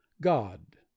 God